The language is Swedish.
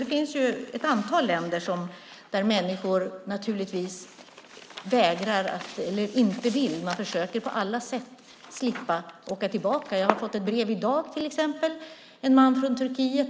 Det finns ett antal länder som människor på alla sätt försöker slippa att åka tillbaka till. Jag har till exempel i dag fått ett brev från en man från Turkiet.